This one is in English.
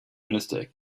minister